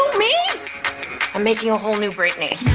i'm making a whole new britney.